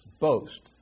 boast